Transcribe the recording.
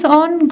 on